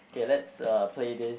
k let's uh play this